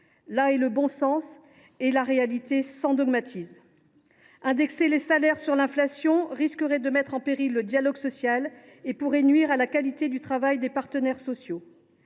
Ce sont là bon sens et réalité sans dogmatisme !Indexer les salaires sur l’inflation risquerait de mettre en péril le dialogue social et pourrait nuire à la qualité du travail des partenaires sociaux.